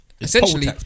essentially